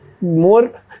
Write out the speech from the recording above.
more